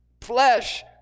flesh